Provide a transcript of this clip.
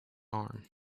arm